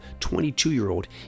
22-year-old